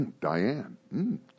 Diane